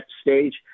stage